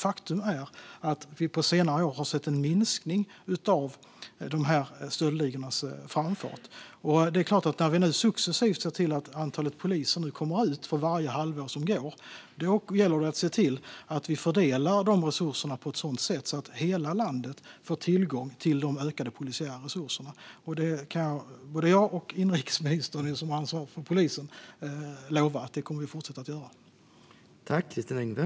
Faktum är att vi på senare år har sett en minskning av stöldligornas framfart. När vi nu successivt ser till att fler poliser kommer ut för varje halvår som går gäller det att se till att vi fördelar de ökade polisiära resurserna på ett sådant sätt att hela landet får tillgång till dem. Både jag och inrikesministern, som är ansvarig för polisen, kan lova att vi kommer att fortsätta att göra det.